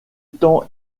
temps